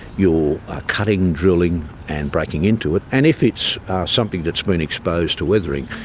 you're cutting, drilling and breaking into it, and if it's something that's been exposed to weathering,